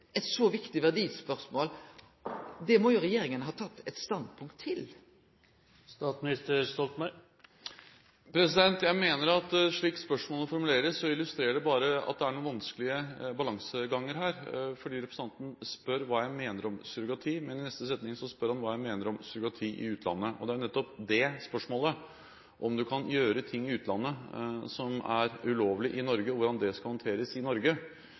standpunkt til. Jeg mener at slik spørsmålet formuleres, illustrerer det bare at det er noen vanskelige balanseganger her. Representanten spør hva jeg mener om surrogati, men i neste setning spør han hva jeg mener om surrogati i utlandet. Det er jo nettopp det spørsmålet om man kan gjøre ting i utlandet som er ulovlig i Norge, og hvordan det skal håndteres i